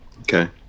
Okay